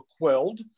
quelled